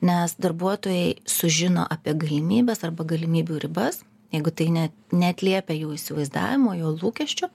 nes darbuotojai sužino apie galimybes arba galimybių ribas jeigu tai ne neatliepia jų įsivaizdavimo jų lūkesčių